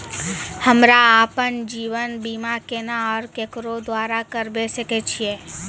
हमरा आपन जीवन बीमा केना और केकरो द्वारा करबै सकै छिये?